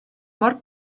mor